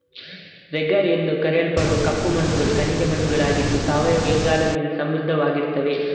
ರೆಗರ್ ಎಂದು ಕರೆಯಲ್ಪಡುವ ಕಪ್ಪು ಮಣ್ಣುಗಳು ಖನಿಜ ಮಣ್ಣುಗಳಾಗಿದ್ದು ಸಾವಯವ ಇಂಗಾಲದಿಂದ ಸಮೃದ್ಧವಾಗಿರ್ತವೆ